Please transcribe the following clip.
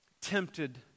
tempted